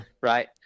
Right